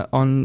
on